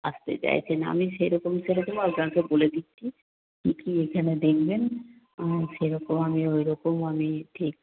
আসতে চাইছেন আমি সেরকম সেরকম আপনাকে বলে দিচ্ছি কী কী এখানে দেখবেন আর সেরকম আমি ওই রকম আমি ঠিক